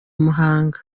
muhanga